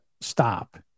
stop